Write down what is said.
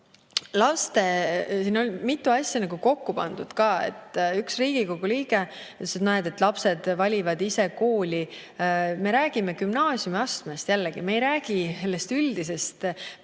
Nüüd, siin on mitu asja kokku pandud ka. Üks Riigikogu liige ütles, et näed, lapsed valivad ise kooli. Me räägime gümnaasiumiastmest, jällegi, me ei räägi sellest üldisest põhikoolist.